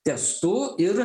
testu ir